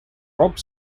rob